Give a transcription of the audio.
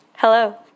Hello